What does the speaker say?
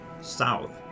south